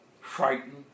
frightened